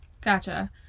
Gotcha